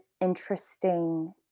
interesting